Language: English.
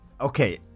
Okay